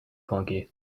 clunky